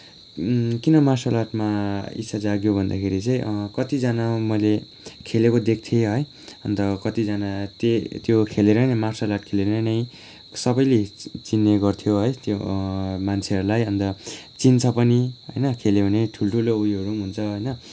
किन मार्सल आर्टमा इच्छा जाग्यो भन्दाखेरि चाहिँ कतिजना मैले खेलेको देख्थेँ है अन्त कतिजना त्यो त्यो खेलेर नै मार्सल आर्ट खेलेर नै सबैले चि चिन्ने गर्थ्यो है त्यो मान्छेहरूलाई अन्त चिन्छ पनि होइन खेल्यो भने ठुलठुलो उयोहरू पनि हुन्छ होइन